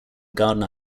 gardner